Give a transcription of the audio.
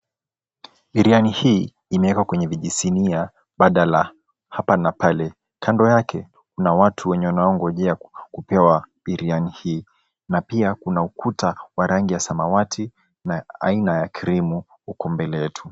Biriani hii imewekwa kwenye vijisinia badala hapa na pale. Kando yake, kuna watu wenye wanaongojea kupewa biriani hii na pia kuna ukuta wa rangi ya samawati na aina ya krimu huku mbele yetu.